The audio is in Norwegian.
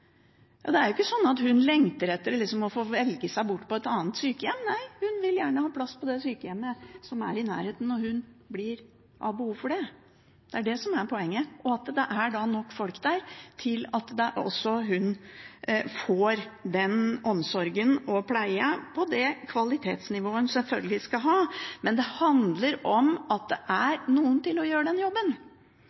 Det er ikke sånn at hun lengter etter å få velge seg et annet sykehjem. Nei, hun vil gjerne ha plass på det sykehjemmet som er i nærheten, når hun har behov for det. Det er det som er poenget, og at det da er nok folk der til at hun får omsorg og pleie med det kvalitetsnivået som hun selvfølgelig skal ha. Det handler om at det er noen der til å gjøre den jobben.